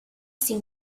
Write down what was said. sin